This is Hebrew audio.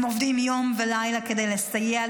הם עובדים יום ולילה כדי לסייע,